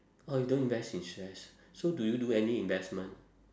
orh you don't invest in shares so do you do any investment